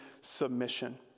submission